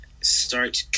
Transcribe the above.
start